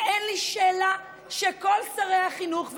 ואין לי שאלה שכל שרי החינוך,